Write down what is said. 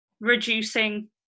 reducing